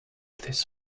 this